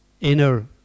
inner